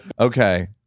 Okay